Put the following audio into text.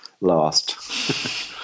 last